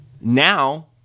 now